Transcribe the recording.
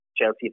Chelsea